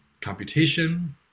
computation